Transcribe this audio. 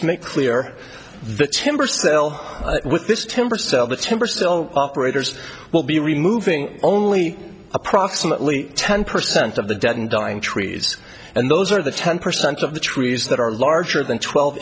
make clear the timber sell with this temper sell the timber sell operators will be removing only approximately ten percent of the dead and dying trees and those are the ten percent of the trees that are larger than twelve